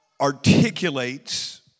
articulates